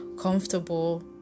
comfortable